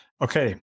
Okay